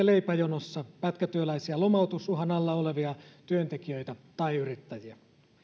leipäjonossa pätkätyöläisiä lomautusuhan alla olevia työntekijöitä tai yrittäjiä